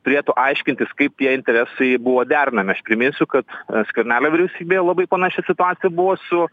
turėtų aiškintis kaip tie interesai buvo derinami priminsiu kad a skvernelio vyriausybėje labai panaši situacija buvo su